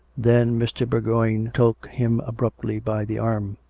then mr. bour goign took him abruptly by the arm.